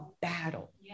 battle